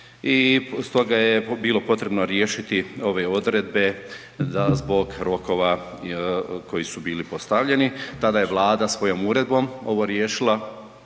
toga je bilo potrebno riješiti ove odredbe da zbog rokova koji su bili postavljeni. Tada je Vlada svojom uredbom ovo riješila.